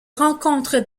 rencontre